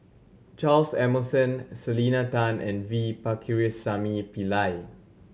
Charles Emmerson Selena Tan and V Pakirisamy Pillai